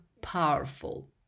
powerful